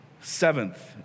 Seventh